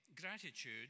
gratitude